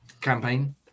campaign